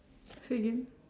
say again